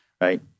Right